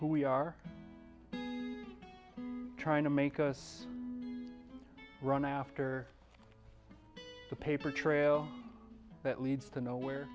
who we are trying to make us run after the paper trail that leads to nowhere